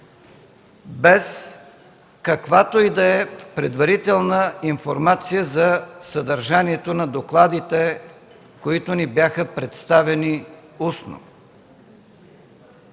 без каквато и да е предварителна информация за съдържанието на докладите, които ни бяха представени устно.